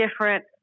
different